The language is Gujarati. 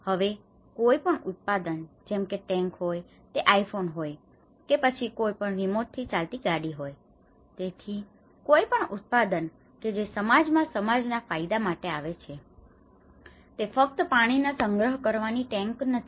હવે કોઈ પણ ઉત્પાદન જેમ કે તે ટેન્ક હોય તે આઈફોન હોય કે પછી તે કોઈપણ રિમોટ થી ચાલતી ગાડી હોય બરાબર તેથી કોઈ પણ ઉત્પાદન કે જે સમાજ માં સમાજ ના ફાયદા માટે આવે છે બરાબર તે ફક્ત પાણી ના સંગ્રહ કરવાની ટેન્ક નથી